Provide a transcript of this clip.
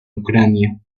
ucrania